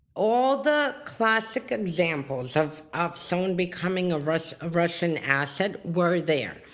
all the classic examples of of someone becoming a russian ah russian asset were there.